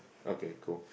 okay cool